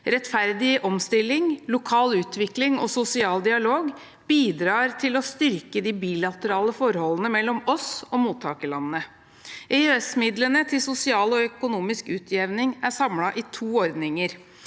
rettferdig omstilling, lokal utvikling og sosial dialog, bidrar til å styrke de bilaterale forholdene mellom oss og mottakerlandene. EØS-midlene til sosial og økonomisk utjevning er samlet i to ordninger